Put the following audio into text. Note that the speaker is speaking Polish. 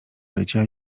życia